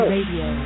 Radio